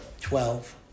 twelve